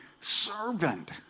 servant